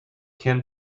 can